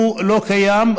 השירות לא קיים,